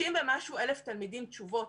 מעל 60,000 תלמידים תשובות.